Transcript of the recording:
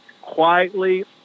quietly